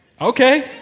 okay